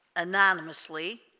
ah mononymously